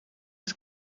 het